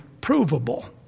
provable